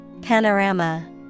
Panorama